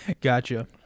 gotcha